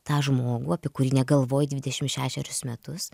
tą žmogų apie kurį negalvoji dvidešimt šešerius metus